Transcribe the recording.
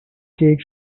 cake